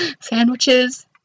Sandwiches